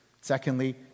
Secondly